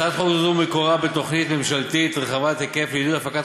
הצעת חוק זו מקורה בתוכנית ממשלתית רחבת-היקף לעידוד הפקת